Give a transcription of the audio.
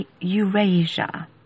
Eurasia